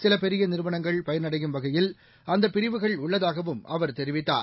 சில பெரிய நிறுவனங்கள் பயனடையும் வகையில் அந்தப் பிரிவுகள் உள்ளதாகவும் அவர் தெரிவித்தார்